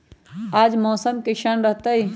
आज मौसम किसान रहतै?